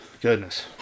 goodness